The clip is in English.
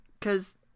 Cause